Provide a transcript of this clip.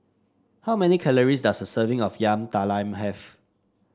how many calories does a serving of Yam Talam have